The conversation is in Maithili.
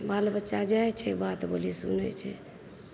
बाल बच्चा जाइ छै बात बोली सुनैत छै